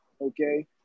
okay